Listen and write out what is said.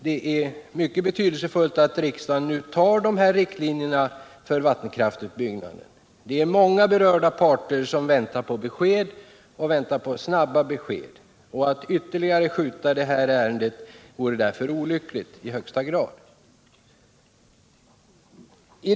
Det är mycket betydelsefullt att riksdagen nu beslutar om riktlinjerna för vattenkraftsutbyggnaden. Många berörda parter väntar på besked — och snabba besked! — och att skjuta på detta ärende ytterligare vore därför i högsta grad olyckligt.